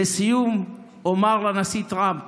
לסיום אומר לנשיא טראמפ: